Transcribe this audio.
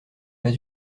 pas